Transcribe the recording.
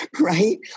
right